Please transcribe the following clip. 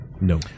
No